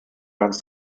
ganz